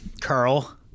Carl